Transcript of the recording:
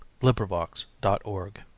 LibriVox.org